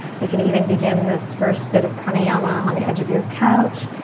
you can even begin this first bit of pranayama on the edge of your couch.